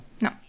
No